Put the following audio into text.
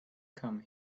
come